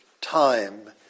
time